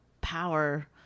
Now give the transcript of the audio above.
power